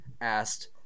asked